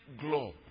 globe